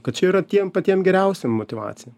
kad čia yra tiem patiem geriausiem motyvacija